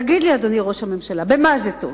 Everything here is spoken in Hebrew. תגיד לי, אדוני ראש הממשלה, למה זה טוב?